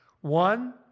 one